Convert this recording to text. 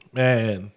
man